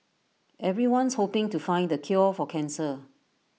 everyone's hoping to find the cure for cancer